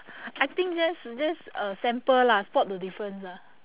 I think just just uh sample lah spot the difference ah